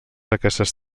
aquestes